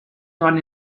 not